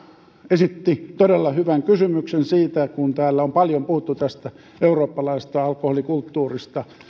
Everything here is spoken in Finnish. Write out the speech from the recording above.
esitti todella hyvän kysymyksen siitä kun täällä on paljon puhuttu tästä eurooppalaisesta alkoholikulttuurista